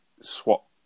swap